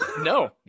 No